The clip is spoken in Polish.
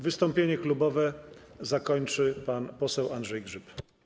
Wystąpienie klubowe zakończy pan poseł Andrzej Grzyb.